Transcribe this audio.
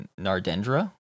Nardendra